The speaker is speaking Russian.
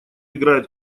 играют